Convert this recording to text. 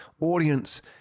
audience